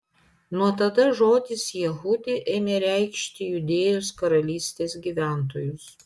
nuo tada žodis jehudi ėmė reikšti judėjos karalystės gyventojus